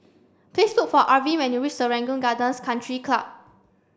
please look for Arvin when you reach Serangoon Gardens Country Club